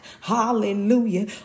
hallelujah